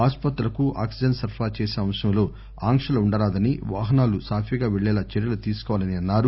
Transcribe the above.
ఆస్పత్రులకు oxygen సరఫరా చేసే అంశంలో ఆంక్షలు ఉండరాదని వాహనాలు సాఫీగా పెళ్లేలా చర్యలు తీసుకోవాలన్నారు